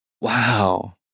wow